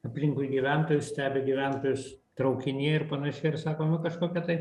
aplinkui gyventojus stebi gyventojus traukinyje ir panašiai ir sako na kažkokia tai